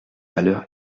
pâleur